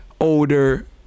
older